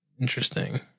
Interesting